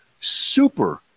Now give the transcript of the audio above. super